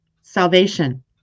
salvation